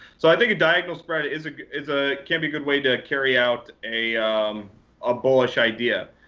so i think a diagonal spread is is a can be good way to carry out a a bullish idea,